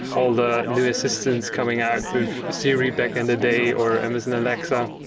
all the new assistance coming out with siri back in the day or amazon alexa,